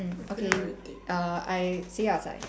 okay err I see you outside